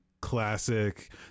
classic